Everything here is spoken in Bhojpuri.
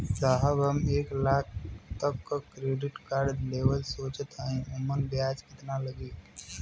साहब हम एक लाख तक क क्रेडिट कार्ड लेवल सोचत हई ओमन ब्याज कितना लागि?